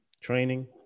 Training